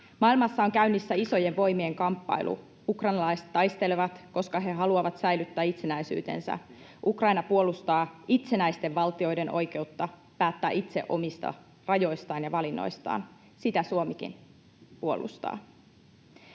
Maailmassa on käynnissä isojen voimien kamppailu. Ukrainalaiset taistelevat, koska he haluavat säilyttää itsenäisyytensä. Ukraina puolustaa itsenäisten valtioiden oikeutta päättää itse omista rajoistaan ja valinnoistaan. Sitä Suomikin puolustaa.